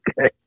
Okay